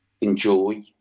enjoy